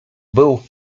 był